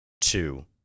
two